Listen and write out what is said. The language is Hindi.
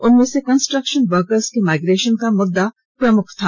उनमें से कंस्ट्रक्शन वर्कर्स के माइग्रेशन का मुद्दा प्रमुख था